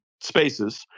spaces